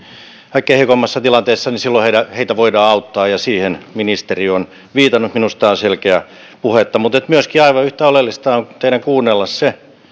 kaikkein heikoimmassa tilanteessa niin silloin heitä voidaan auttaa ja siihen ministeri on viitannut minusta tämä on selkeää puhetta mutta aivan yhtä oleellista myöskin on teidän kuunnella se